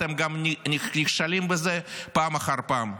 אתם גם נכשלים בזה פעם אחר פעם.